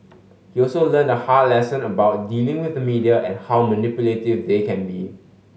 he also learned a hard lesson about dealing with the media and how manipulative they can be